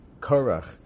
Korach